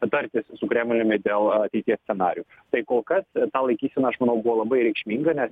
tartis su kremliumi dėl ateities scenarijų tai kol kas ta laikysena aš manau buvo labai reikšminga nes